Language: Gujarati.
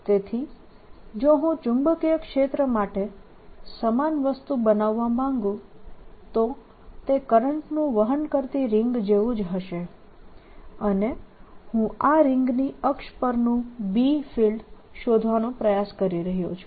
તેથી જો હું ચુંબકીય ક્ષેત્ર માટે સમાન વસ્તુ બનાવવાં માંગુ તો તે કરંટનું વહન કરતી રિંગ જેવું જ હશે અને હું આ રિંગની અક્ષ પરનું B ફિલ્ડ શોધવાનો પ્રયાસ કરી રહ્યો છું